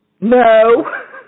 no